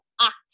act